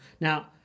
Now